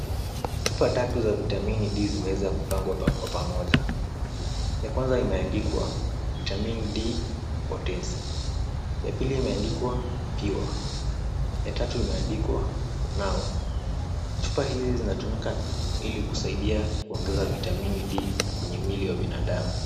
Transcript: Chupa tatu za vitamini D zimeweza kupangwa kwa pamoja. Ya kwanza imeandikwa Vitamin D Potency. Ya pili imeandikwa pure. Ya tatu imeandikwa Now. Chupa hizi zinatumika ili kusaidia kuongeza vitamini D kwa mwili wa binadamu.